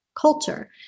culture